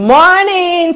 morning